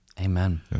Amen